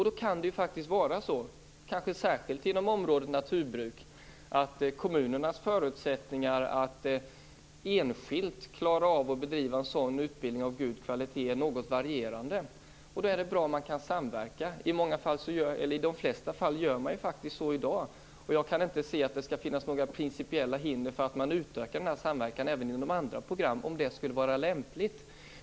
Då kan det faktiskt vara på det sättet - kanske särskilt inom området naturbruk - att kommunernas förutsättningar att enskilt klara av att bedriva en sådan utbildning av god kvalitet är något varierande. Då är det bra om man kan samverka. I de flesta fall gör man faktiskt så i dag. Jag kan inte se att det skall finnas några principiella hinder för att man utökar denna samverkan även inom andra program om det skulle vara lämpligt.